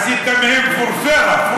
עשית מהם פורפרה.